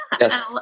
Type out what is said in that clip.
Yes